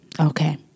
Okay